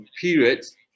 periods